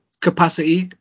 capacity